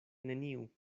neniu